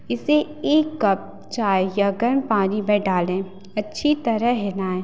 इसे एक कप चाय या गर्म पानी में डालें अच्छी तरह हिलाएँ